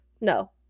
No